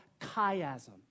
chiasm